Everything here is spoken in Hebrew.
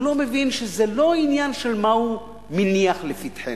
והוא לא מבין שזה לא עניין של מה הוא מניח לפתחנו,